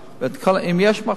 אם יש מחסור,